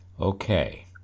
Okay